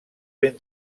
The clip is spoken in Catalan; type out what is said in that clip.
ben